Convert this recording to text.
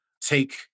take